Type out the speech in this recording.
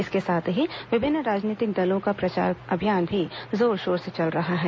इसके साथ ही विभिन्न राजनीतिक दलों का प्रचार अभियान भी जोरशोर से चल रहा है